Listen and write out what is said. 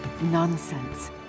Nonsense